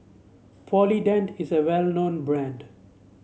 Polident is a well known brand